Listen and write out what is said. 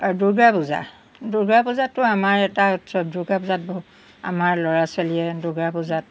আৰু দুৰ্গা পূজা দুৰ্গা পূজাটো আমাৰ এটা উৎসৱ দুৰ্গা পূজাত বহু আমাৰ ল'ৰা ছোৱালীয়ে দুৰ্গা পূজাত